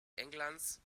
englands